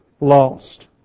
lost